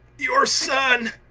your son!